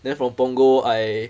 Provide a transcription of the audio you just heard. then from punggol I